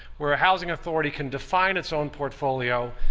where a housing authority can define its own portfolio,